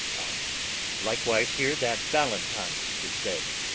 i likewise hear that valentine is dead.